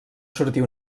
sortir